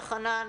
חנן,